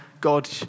God